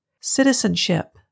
Citizenship